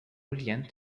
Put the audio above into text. brilhante